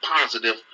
positive